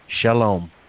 shalom